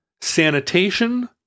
sanitation